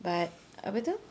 but apa tu